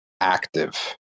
active